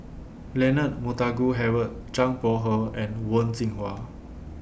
Leonard Montague Harrod Zhang Bohe and Wen Jinhua